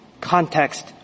context